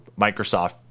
Microsoft